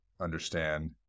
understand